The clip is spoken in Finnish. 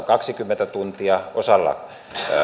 kaksikymmentä tuntia osalla